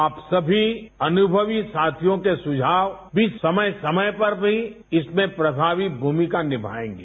आप सभी अनुभवी साथियों के सुझाव समय समय पर भी इसमें प्रभावी भूमिका निभाएंगे